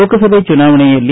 ಲೋಕಸಭೆ ಚುನಾವಣೆಯಲ್ಲಿ